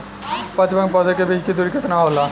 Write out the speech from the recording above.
प्रति पंक्ति पौधे के बीच की दूरी केतना होला?